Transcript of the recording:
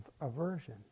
aversion